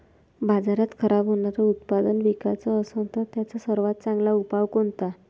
बाजारात खराब होनारं उत्पादन विकाच असन तर त्याचा सर्वात चांगला उपाव कोनता?